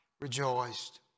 rejoiced